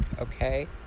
Okay